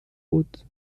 بود